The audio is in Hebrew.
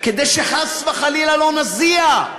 כדי שחס וחלילה לא נזיע.